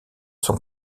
sont